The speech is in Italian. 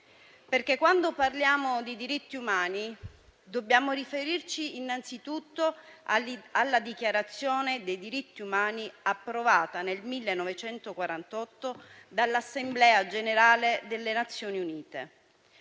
infatti, parliamo di diritti umani dobbiamo riferirci anzitutto alla Dichiarazione dei diritti umani, approvata nel 1948 dall'Assemblea generale delle Nazioni Unite.